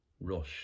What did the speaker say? rush